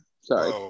Sorry